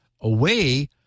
away